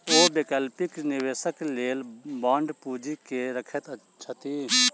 ओ वैकल्पिक निवेशक लेल बांड पूंजी के रखैत छथि